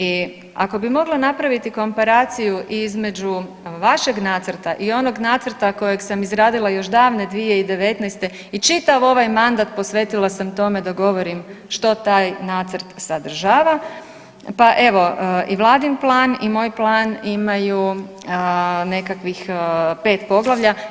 I ako bi mogla napraviti komparaciju između vašeg nacrta i onog nacrta kojeg sam izradila još davne 2019. i čitav ovaj mandat posvetila sam tome da govorim što taj nacrt sadržava, pa evo i vladin plan i moj plan imaju nekakvih 5 poglavlja.